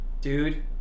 dude